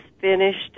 finished